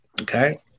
okay